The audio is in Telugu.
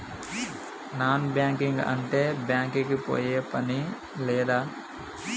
నాన్ బ్యాంకింగ్ అంటే బ్యాంక్ కి పోయే పని లేదా?